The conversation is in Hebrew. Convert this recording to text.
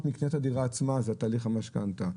מקניית הדירה עצמה זה תהליך המשכנתא.